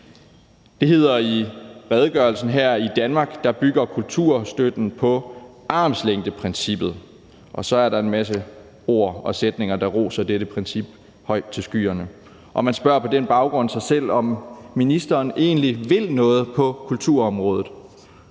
Det hedder i redegørelsen: I Danmark bygger kulturstøtten på armslængdeprincippet. Og så er der en masse ord og sætninger, der roser dette princip højt til skyerne. Man spørger på den baggrund sig selv, om ministeren egentlig vil noget på kulturområdet.